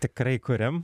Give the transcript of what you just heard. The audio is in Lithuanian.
tikrai kuriam